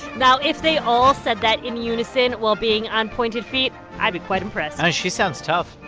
now, if they all said that in unison while being on pointed feet, i'd be quite impressed she sounds tough.